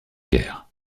guerre